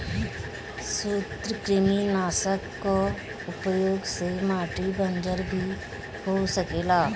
सूत्रकृमिनाशक कअ उपयोग से माटी बंजर भी हो सकेला